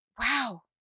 wow